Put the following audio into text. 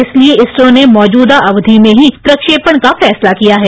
इसलिए इसरो ने मौजूदा अवधि में ही प्रक्षेपण का फैसला किया है